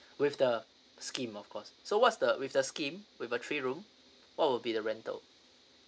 with the scheme of course so what's the with the scheme with a three room what will be the rental